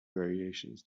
variations